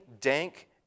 dank